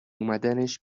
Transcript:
اومدنش